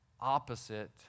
opposite